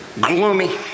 gloomy